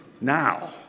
now